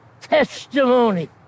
testimony